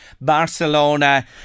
Barcelona